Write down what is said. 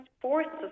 forces